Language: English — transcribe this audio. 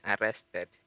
arrested